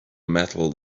metal